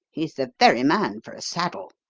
he's the very man for a saddle.